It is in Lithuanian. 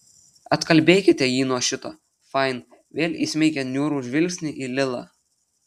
atkalbėkite jį nuo šito fain vėl įsmeigė niūrų žvilgsnį į lilą